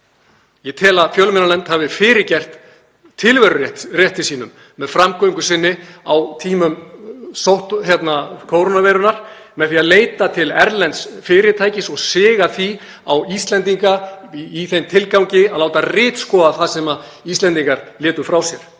Ég tel að fjölmiðlanefnd hafi fyrirgert tilverurétti sínum með framgöngu sinni á tímum kórónuveirunnar með því að leita til erlends fyrirtækis og siga því á Íslendinga í þeim tilgangi að láta ritskoða það sem Íslendingar létu frá sér.